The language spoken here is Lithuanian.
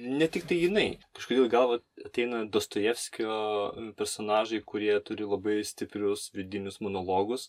ne tiktai jinai kažkodėl į galvą ateina dostojevskio personažai kurie turi labai stiprius vidinius monologus